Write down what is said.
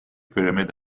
pyramid